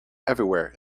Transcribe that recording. everywhere